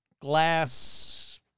glass